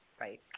right